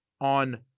on